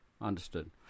Understood